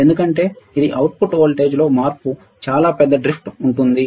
ఎందుకంటే ఇది అవుట్పుట్ వోల్టేజ్లో మార్పు చాలా పెద్ద డ్రిఫ్ట్ ఉంటుంది